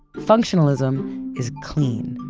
functionalism is clean,